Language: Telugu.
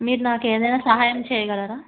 మీరు నాకేదైనా సహాయం చేయగలరా